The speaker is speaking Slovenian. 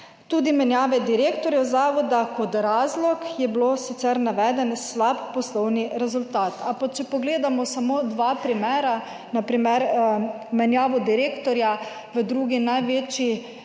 (nadaljevanje) direktorjev zavoda. Kot razlog je bilo sicer naveden slab poslovni rezultat. Ampak če pogledamo samo dva primera: na primer menjavo direktorja v drugi največji